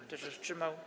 Kto się wstrzymał?